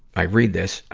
i read this,